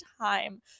time